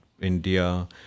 India